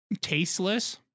tasteless